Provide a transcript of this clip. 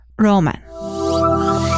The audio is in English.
Roman